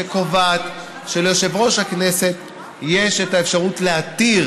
שקובעת שליושב-ראש הכנסת יש את האפשרות להתיר